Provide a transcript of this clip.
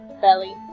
belly